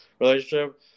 relationship